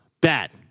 bad